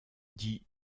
dits